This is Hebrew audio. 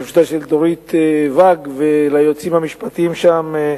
בראשותה של דורית ואג, וליועצים המשפטיים שם,